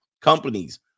companies